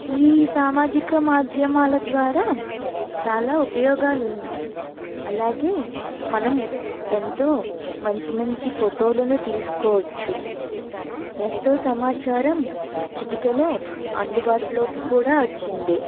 ఈ సామాజిక మాధ్యమాల ద్వారా చాలా ఉపయోగాలు ఉన్నాయి అలాగే మనం ఎంతో మంచి మంచి ఫోటోలను తీసుకోవచ్చు ఎంతో సమాచారం చిటికెలో అందుబాటులోకి కూడా వచ్చింది